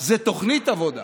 זה תוכנית עבודה.